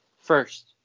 First